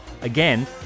again